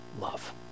love